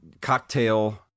cocktail